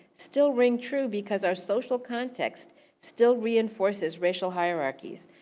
still ring true because our social context still reinforces racial hierarchies.